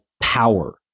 power